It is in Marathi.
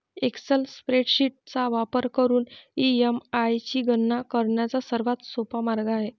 एक्सेल स्प्रेडशीट चा वापर करून ई.एम.आय ची गणना करण्याचा सर्वात सोपा मार्ग आहे